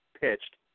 pitched